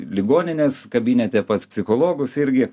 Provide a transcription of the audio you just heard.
ligoninės kabinete pas psichologus irgi